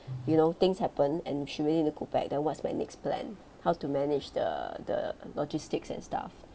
you know things happen and she may need to go back then what's my next plan how to manage the the logistics and stuff